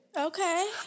Okay